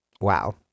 Wow